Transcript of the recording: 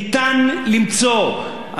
ניתן למצוא,